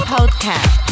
Podcast